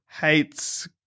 hates